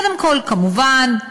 קודם כול, כמובן,